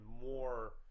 more